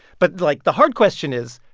but, like, the hard question is,